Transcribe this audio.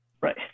right